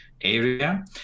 area